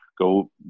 go